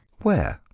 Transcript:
where?